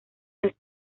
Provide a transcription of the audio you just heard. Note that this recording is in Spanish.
las